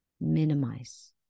minimize